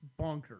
bonkers